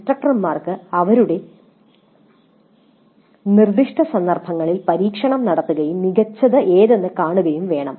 ഇൻസ്ട്രക്ടർമാർ അവരുടെ നിർദ്ദിഷ്ടസന്ദർഭത്തിൽ പരീക്ഷണം നടത്തുകയും മികച്ചത് എന്താണെന്ന് കാണുകയും വേണം